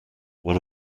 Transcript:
one